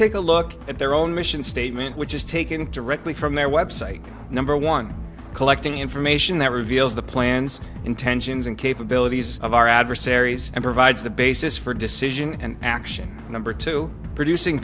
take a look at their own mission statement which is taken directly from their website number one collecting information that reveals the plans intentions and capabilities of our adversaries and provides the basis for decision and action number two producing